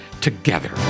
together